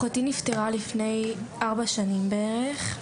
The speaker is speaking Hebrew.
אחותי נפטרה לפני ארבע שנים בערך.